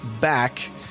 back